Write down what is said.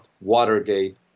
Watergate